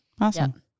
Awesome